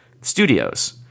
studios